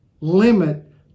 limit